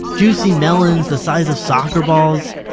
juicy melons the size of soccer balls?